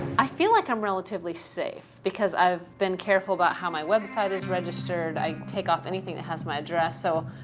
i feel like i'm relatively safe, because i've been careful about how my website is registered. i take off anything that has my address. so,